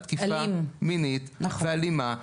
אלים, נכון.